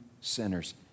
sinners